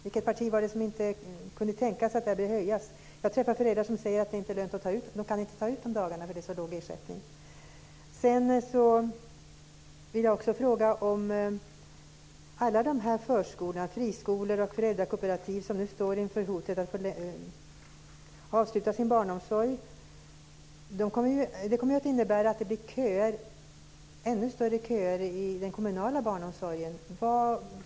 Vilket parti var det som inte kunde tänka sig att höja detta. Jag träffar föräldrar som säger att det inte är lönt att ta ut dem. De kan inte ta ut de här dagarna eftersom det är så låg ersättning. Sedan vill jag också fråga om alla dessa förskolor, friskolor och föräldrakooperativ som nu står inför hotet att få avsluta sin barnomsorg. Det kommer ju att innebära att det blir ännu längre köer i den kommunala barnomsorgen.